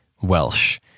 Welsh